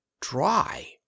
Dry